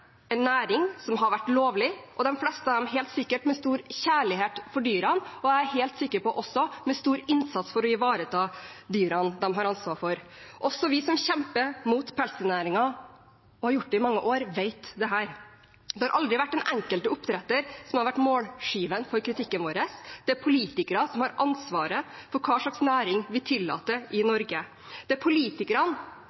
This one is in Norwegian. en næring som har vært lovlig – de fleste av dem helt sikkert med stor kjærlighet til dyrene og med stor innsats for å ivareta dyrene de har ansvar for. Også vi som kjemper mot pelsdyrnæringen og har gjort det i mange år, vet dette. Det har aldri vært den enkelte oppdretter som har vært målskiven for kritikken vår. Det er politikerne som har ansvaret for hva slags næringer vi tillater i